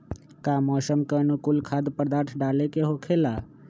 का मौसम के अनुकूल खाद्य पदार्थ डाले के होखेला?